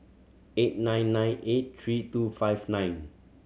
eight nine nine eight three two five nine